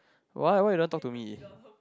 why why you don't want talk to me